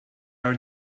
are